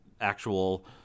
actual